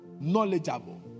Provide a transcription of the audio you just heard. knowledgeable